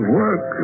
work